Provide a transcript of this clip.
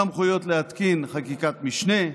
סמכויות להתקין חקיקת משנה,